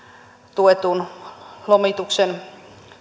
tuetun lomituksen